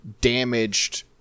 damaged